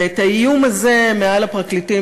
ואת האיום הזה מעל הפרקליטים,